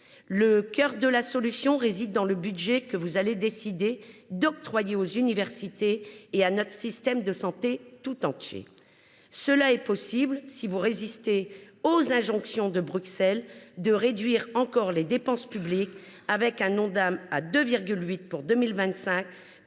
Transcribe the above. le cœur de la solution réside dans le budget que vous allez décider d’octroyer aux universités et à notre système de santé tout entier. Ce sera possible si vous résistez aux injonctions de Bruxelles de réduire encore les dépenses publiques, alors que l’Ondam est en hausse